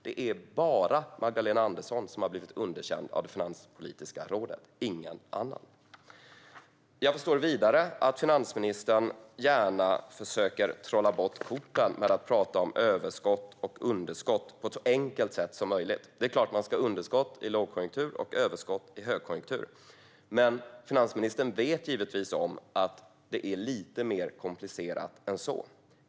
Det är bara Magdalena Andersson som har blivit underkänd av Finanspolitiska rådet, ingen annan. Jag förstår vidare att finansministern gärna försöker trolla bort korten genom att prata om överskott och underskott på ett så enkelt sätt som möjligt. Det är klart att man ska ha underskott i lågkonjunktur och överskott i högkonjunktur. Men finansministern vet givetvis om att det är lite mer komplicerat än så.